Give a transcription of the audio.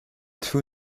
two